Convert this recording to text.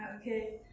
okay